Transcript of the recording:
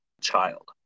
child